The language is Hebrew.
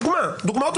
זאת דוגמה מהחיים.